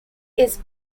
his